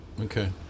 Okay